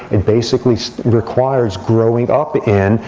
it basically requires growing up in,